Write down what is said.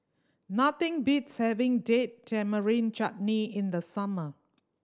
nothing beats having Date Tamarind Chutney in the summer